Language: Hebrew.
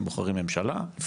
הם בוחרים ממשלה,